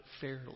fairly